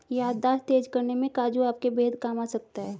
याददाश्त तेज करने में काजू आपके बेहद काम आ सकता है